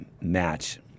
match